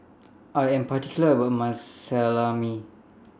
I Am particular about My Salami